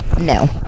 No